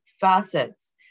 facets